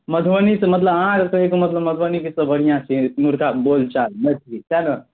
मधुबनीके मतलब अहाँके कहैके मतलब मधुबनीके तऽ बढ़िआँ छै एम्हूरका बोलचाल मैथिली सएह ने